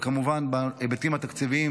כמובן בהיבטים התקציביים,